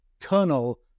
kernel